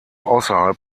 außerhalb